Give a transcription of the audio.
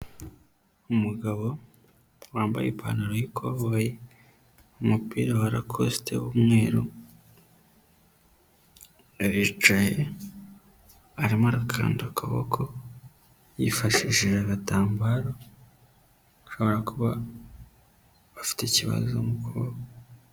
Umugabo wambaye ipantaro y'ikoboyi umupira wa lakoste w'umweru aricaye arimo arakanda akaboko yifashishije agatambaro ashobora kuba afite ikibazo mu kuboko.